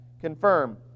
confirm